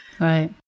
Right